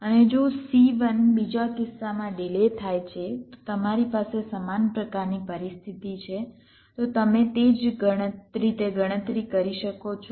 અને જો C1 બીજા કિસ્સામાં ડિલે થાય છે તો તમારી પાસે સમાન પ્રકારની પરિસ્થિતિ છે તો તમે તે જ રીતે ગણતરી કરી શકો છો